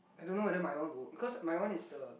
I don't know whether my one will work because my one is the